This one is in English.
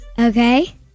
Okay